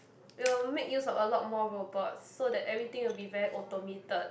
it'll make use of a lot more robots so that everything will be very automated